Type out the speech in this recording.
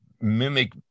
mimic